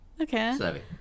okay